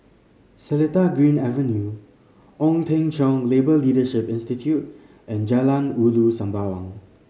Seletar Green Avenue Ong Teng Cheong Labour Leadership Institute and Jalan Ulu Sembawang